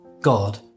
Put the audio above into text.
God